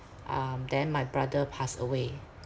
um then my brother passed away